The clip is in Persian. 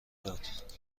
داد